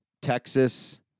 Texas